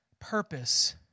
purpose